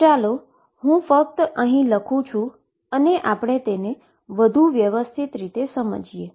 તો ચાલો હું તે ફક્ત લખું અને પછી આપણે તેને વધુ વ્યવસ્થિત રીતે સમજીએ